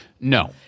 No